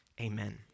Amen